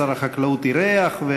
או שר החקלאות אירח.